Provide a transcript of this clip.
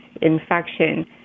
infection